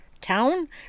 town